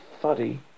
fuddy